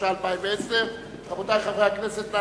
התש"ע 2010. רבותי חברי הכנסת,